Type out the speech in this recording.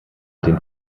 den